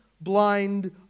blind